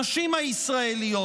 הנשים הישראליות,